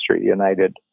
United